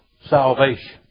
salvation